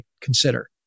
consider